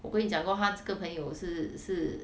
我跟你讲她这个朋友是是